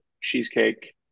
cheesecake